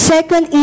Second